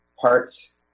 parts